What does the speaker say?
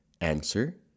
Answer